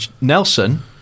Nelson